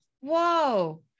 Whoa